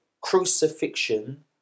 crucifixion